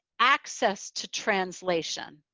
access to translation.